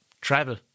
travel